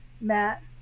Matt